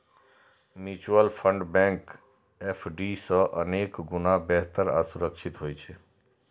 mutual fund bank FD सं अनेक गुणा बेहतर आ सुरक्षित होइ छै